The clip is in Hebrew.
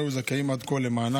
לא היו זכאים עד כה למענק.